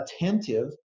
attentive